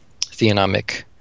theonomic